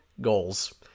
goals